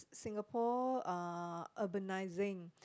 Singapore uh urbanising